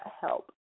help